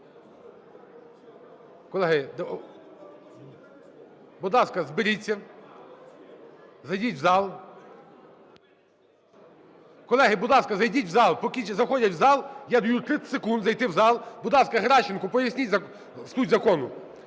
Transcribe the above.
зберіться, зайдіть в зал. Колеги, будь ласка, зайдіть в зал. Поки заходять в зал, я даю 30 секунд зайти в зал. Будь ласка, Геращенко, поясніть суть закону,